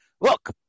look